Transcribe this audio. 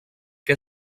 què